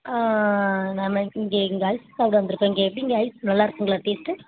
ஆ நமக்கு இங்கே இங்கே ஐஸ் சாப்பிட வந்திருக்கோம் இங்கே எப்படிங்க இங்கே ஐஸ் நல்லாயிருக்குங்களா டேஸ்ட்டு